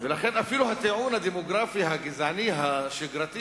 ולכן אפילו הטיעון הדמוגרפי הגזעני השגרתי,